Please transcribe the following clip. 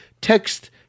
text